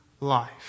life